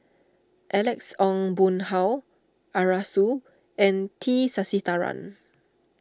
Alex Ong Boon Hau Arasu and T Sasitharan